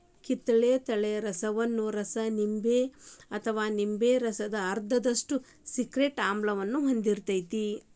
ಕಿತಗತಳೆ ಹಣ್ಣಿನ ರಸ ನಿಂಬೆ ಅಥವಾ ನಿಂಬೆ ರಸದ ಅರ್ಧದಷ್ಟು ಸಿಟ್ರಿಕ್ ಆಮ್ಲವನ್ನ ಹೊಂದಿರ್ತೇತಿ